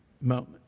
moment